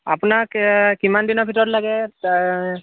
আপোনাক কিমান দিনৰ ভিতৰত লাগে